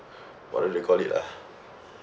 what do they call it ah